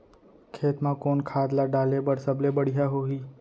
खेत म कोन खाद ला डाले बर सबले बढ़िया होही?